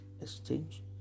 Exchange